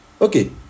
Okay